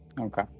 Okay